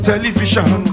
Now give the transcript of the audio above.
Television